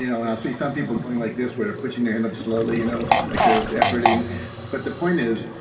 you know and i'll see some people going like this where they're putting their hand up slowly, you know like they're efforting but the point is,